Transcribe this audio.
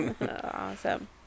Awesome